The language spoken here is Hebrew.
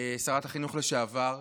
שרת החינוך לשעבר,